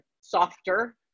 softer